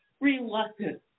reluctant